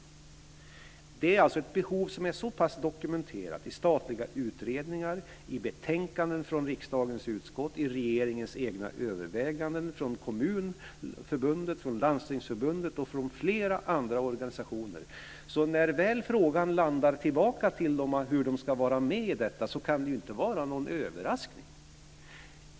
Detta är alltså ett behov som är så pass dokumenterat i statliga utredningar, i betänkanden från riksdagens utskott, i regeringens egna överväganden, från Kommunförbundet, från Landstingsförbundet och från flera andra organisationer att när frågan väl åter landar hos dessa hur de ska vara med i det här kan det inte vara någon överraskning.